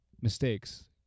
mistakes